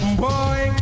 boy